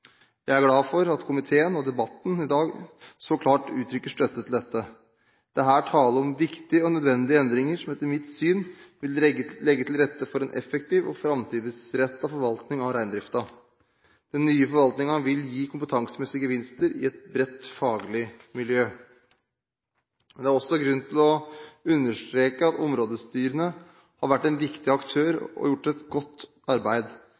Jeg er glad for at komiteen og debatten i dag så klart uttrykker støtte til dette. Det er her tale om viktige og nødvendige endringer som etter mitt syn vil legge til rette for en effektiv og framtidsrettet forvaltning av reindriften. Den nye forvaltningen vil gi kompetansemessige gevinster i et bredt faglig miljø. Det er også grunn til å understreke at områdestyrene har vært en viktig aktør og gjort et godt arbeid.